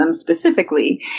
specifically